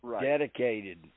dedicated